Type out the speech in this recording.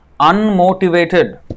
unmotivated